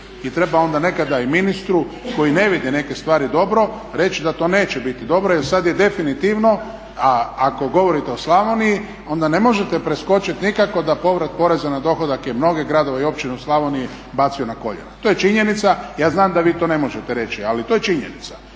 I treba onda nekada i ministru koji ne vidi neke stvari dobro reći da to neće biti dobro jer sada je definitivno. A ako govorite o Slavoniji onda ne možete preskočiti nikako da povrat poreza na dohodak je mnoge gradove i općine u Slavoniji bacio na koljena. To je činjenica, ja znam da vi to ne možete reći ali to je činjenica.